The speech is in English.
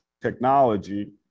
technology